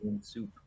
Soup